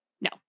No